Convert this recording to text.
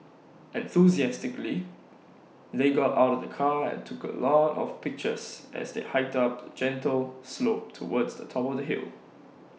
enthusiastically they got out of the car and took A lot of pictures as they hiked up the gentle slope towards the top of the hill